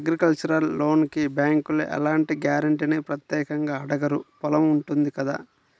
agricultural లోనుకి బ్యేంకులు ఎలాంటి గ్యారంటీనీ ప్రత్యేకంగా అడగరు పొలం ఉంటుంది కదా